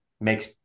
makes